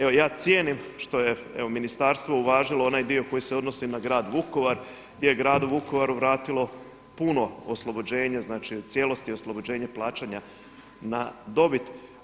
Evo, ja cijenim što je ministarstvo uvažilo onaj dio koji se odnosi na Grad Vukovar, gdje je Gradu Vukovaru vratilo puno oslobođenja, znači u cijelosti oslobođenje plaćanja na dobit.